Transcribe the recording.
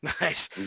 Nice